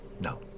No